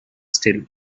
still